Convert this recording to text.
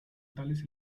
tales